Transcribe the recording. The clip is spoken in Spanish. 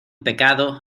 pecado